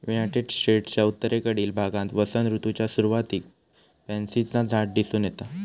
United स्टेट्सच्या उत्तरेकडील भागात वसंत ऋतूच्या सुरुवातीक पॅन्सीचा झाड दिसून येता